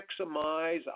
maximize